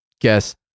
guess